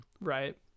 Right